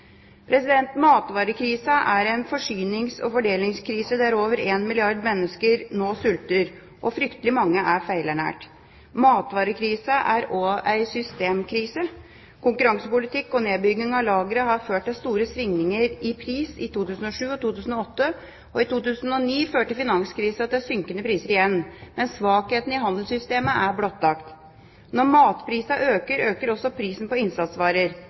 Matvarekrisa er en forsynings- og fordelingskrise, der over 1 milliard mennesker nå sulter og fryktelig mange er feilernært. Matvarekrisa er også en systemkrise. Konkurransepolitikk og nedbygging av lagre har ført til store svingninger i pris i 2007 og 2008. I 2009 førte finanskrisa til synkende priser igjen, men svakhetene i handelssystemet er blottlagt. Når matprisene øker, øker også prisen på innsatsvarer.